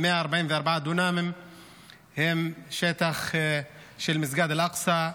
144 דונמים הם שטח של מסגד אל-אקצא,